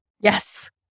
Yes